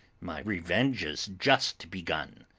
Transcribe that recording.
my revenge is just begun!